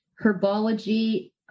Herbology